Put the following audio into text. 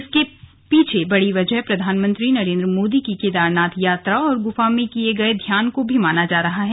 इसके पीछे बड़ी वजह प्रधानमंत्री नरेंद्र मोदी की केदारनाथ यात्रा और गुफा में किए गए ध्यान को भी माना जा रहा है